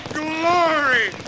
glory